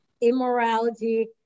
immorality